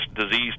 disease